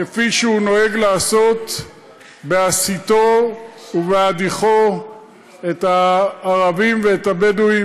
כפי שהוא נוהג לעשות בהסיתו ובהדיחו את הערבים ואת הבדואים.